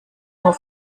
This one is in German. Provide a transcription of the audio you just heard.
nur